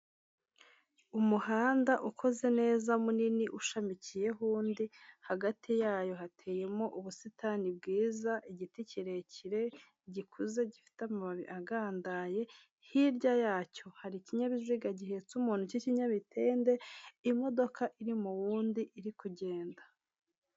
Umuhanda ukoze neza, munini ushamikiyeho undi; hagati yayo hateyemo ubusitani bwiza, igiti kirekire, gikuze, gifite amababi agandaye; hirya yacyo hari ikinyabiziga gihetse umuntu cy'ikinyabitende; imodoka iri mu wundi, iri kugenda.